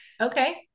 Okay